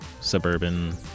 suburban